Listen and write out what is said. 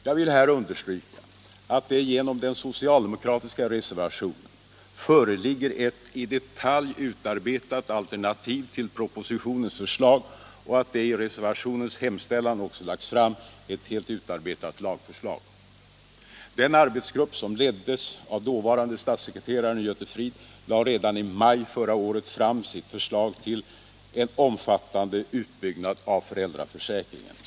Jag vill här understryka att det genom den socialdemokratiska reservationen föreligger ett i detalj utarbetat alternativ till propositionens förslag och att det i reservationens hemställan också lagts fram ett helt utarbetat lagförslag. Den arbetsgrupp som leddes av dåvarande statssekreteraren Göte Fridh lade redan i maj förra året fram sitt förslag till en omfattande utbyggnad av föräldraförsäkringen.